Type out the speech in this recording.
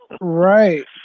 Right